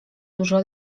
dużo